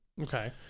Okay